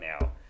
now